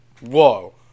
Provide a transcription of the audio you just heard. Whoa